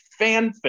fanfic